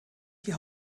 die